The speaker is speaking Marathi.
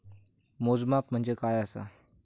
मोजमाप म्हणजे काय असा?